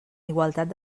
igualtat